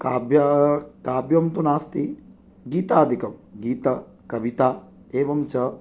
काव्य काव्यं तु नास्ति गीतादिकं गीता कविता एवञ्च